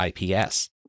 IPS